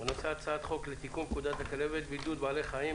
הנושא: הצעת חוק לתיקון פקודת הכלבת (בידוד בעלי חיים),